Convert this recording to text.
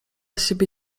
siebie